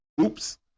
Oops